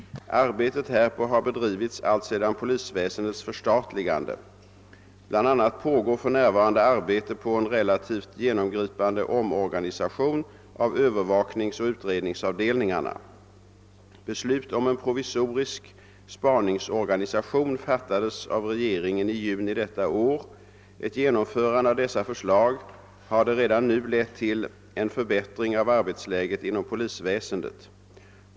Arbetet härpå har bedrivits alltsedan polisväsendets förstatligande. Bl. a. pågår för närvarande arbete på en relativt genomgripande omorganisation av arna. Beslut om en provisorisk spaningsorganisation fattades av regeringen i juni detta år. Ett genomförande av dessa förslag hade redan nu lett till en förbättring av arbetsläget inom polisväsendet.